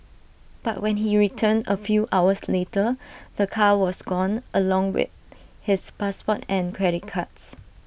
but when he returned A few hours later the car was gone along with his passport and credit cards